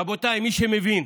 רבותיי, מי שמבין,